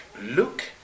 look